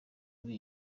muri